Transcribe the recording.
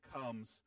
comes